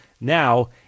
Now